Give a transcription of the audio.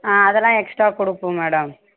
ஆ அதெல்லாம் எக்ஸ்ட்ரா கொடுப்போம் மேடம்